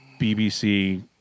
BBC